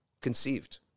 conceived